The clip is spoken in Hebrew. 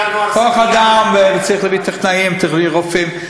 כוח-אדם, צריך להביא טכנאים ורופאים.